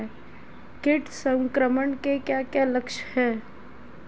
कीट संक्रमण के क्या क्या लक्षण हैं?